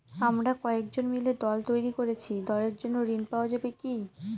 আমরা কয়েকজন মিলে দল তৈরি করেছি দলের জন্য ঋণ পাওয়া যাবে কি?